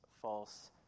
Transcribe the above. false